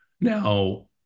Now